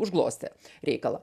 užglostė reikalą